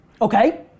Okay